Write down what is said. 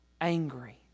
angry